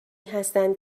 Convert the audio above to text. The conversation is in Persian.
هستند